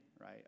right